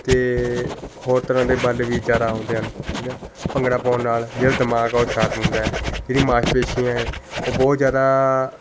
ਅਤੇ ਹੋਰ ਤਰ੍ਹਾਂ ਦੇ ਬਲ ਵੀ ਜ਼ਿਆਦਾ ਆਉਂਦੇ ਹਨ ਠੀਕ ਆ ਭੰਗੜਾ ਪਾਉਣ ਨਾਲ ਜਿਹੜਾ ਦਿਮਾਗ ਆ ਉਹ ਸ਼ਾਰਪ ਹੁੰਦਾ ਹੈ ਜਿਹੜੀ ਮਾਸਪੇਸ਼ੀਆਂ ਏ ਉਹ ਬਹੁਤ ਜ਼ਿਆਦਾ